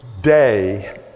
day